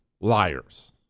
liars